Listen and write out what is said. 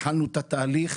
התחלנו את התהליך,